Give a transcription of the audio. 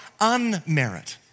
unmerit